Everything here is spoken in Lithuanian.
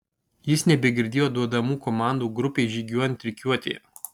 jis nebegirdėjo duodamų komandų grupei žygiuojant rikiuotėje